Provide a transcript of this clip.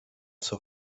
zur